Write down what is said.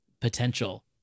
potential